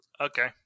Okay